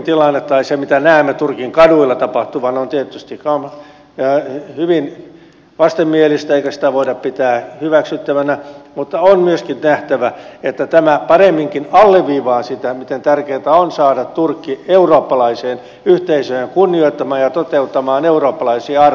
turkin tilanne se mitä näemme turkin kaduilla tapahtuvan on tietysti hyvin vastenmielinen eikä sitä voida pitää hyväksyttävänä mutta on myöskin nähtävä että tämä paremminkin alleviivaa sitä miten tärkeätä on saada turkki eurooppalaiseen yhteisöön kunnioittamaan ja toteuttamaan eurooppalaisia arvoja